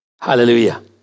Hallelujah